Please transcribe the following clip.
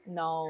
no